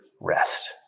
rest